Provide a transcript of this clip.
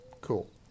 Cool